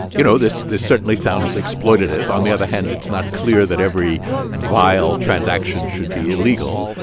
you know, this this certainly sounds exploitative. on the other hand, it's not clear that every vile transaction should be illegal.